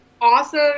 awesome